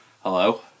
hello